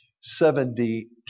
Seventy